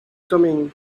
coming